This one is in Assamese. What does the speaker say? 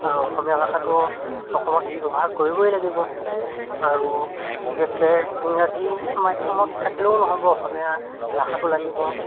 আৰু অসমীয়া ভাষাটো অসমত ব্যৱহাৰ কৰিবই লাগিব আৰু বিশেষকৈ ইংৰাজী মাধ্যমত থাকিলেও নহ'ব অসমীয়া ভাষাটো লাগিব